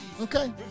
Okay